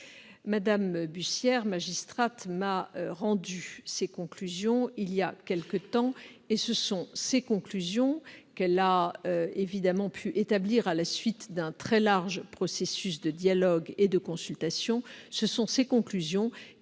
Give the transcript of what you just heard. Mme Bussière, magistrate, m'a rendu ses conclusions il y a quelque temps, et ce sont ces conclusions, qu'elle a pu établir à la suite d'un très large processus de dialogue et de consultation,